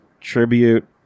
tribute